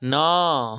ନଅ